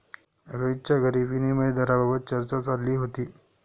रोहितच्या घरी विनिमय दराबाबत चर्चा चालली होती